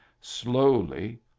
slowly